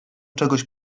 czegoś